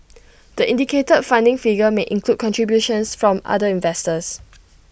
the indicated funding figure may include contributions from other investors